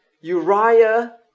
Uriah